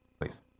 please